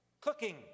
cooking